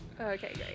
Okay